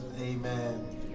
Amen